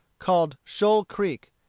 called shoal creek,